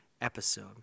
episode